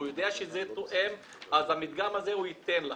הוא יודע שזה תואם ואת המדגם הזה הוא ייתן לך.